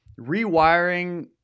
rewiring